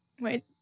Wait